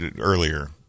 earlier